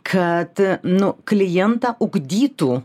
kad nu klientą ugdytų